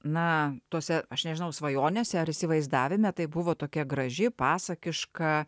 na tose aš nežinau svajonėse ar įsivaizdavime tai buvo tokia graži pasakiška